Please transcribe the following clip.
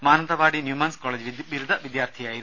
Mananthavady Newman's college ബിരുദ വിദ്യാർഥിയായിരുന്നു